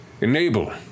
enable